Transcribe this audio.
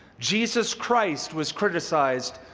jesus christ was criticized